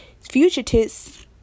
fugitives